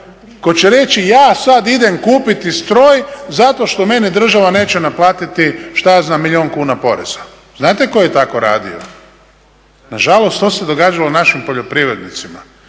ko će reći ja sad idem kupiti stroj zato što mene država neće naplatiti milijun kuna poreza. Znate ko je tako radio? Nažalost to se događalo našim poljoprivrednicama.